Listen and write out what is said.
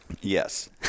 Yes